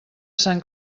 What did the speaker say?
sant